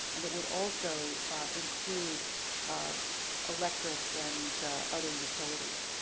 and it would also include um electric and other utilities.